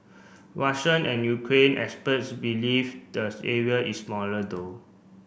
Russian and Ukraine experts believe the area is smaller though